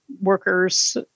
workers